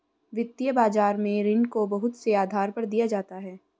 वित्तीय बाजार में ऋण को बहुत से आधार पर दिया जाता है